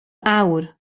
awr